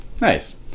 Nice